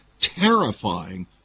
terrifying